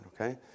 Okay